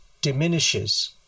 diminishes